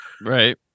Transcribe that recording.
right